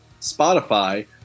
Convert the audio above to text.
Spotify